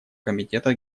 комитета